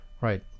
right